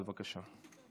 בבקשה.